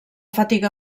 fatiga